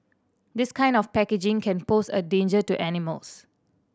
this kind of packaging can pose a danger to animals